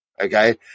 okay